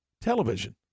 television